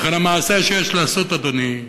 לכן המעשה שיש לעשות, אדוני,